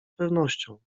pewnością